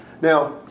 Now